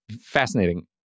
fascinating